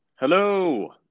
hello